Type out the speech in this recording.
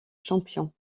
champion